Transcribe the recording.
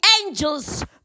angels